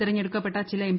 തിരഞ്ഞെടുക്കപ്പെട്ട ചില എം